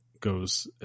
goes